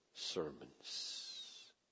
sermons